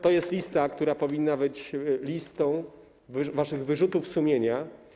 To jest lista, która powinna być listą waszych wyrzutów sumienia.